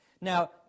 Now